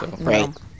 right